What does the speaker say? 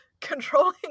controlling